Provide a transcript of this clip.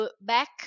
back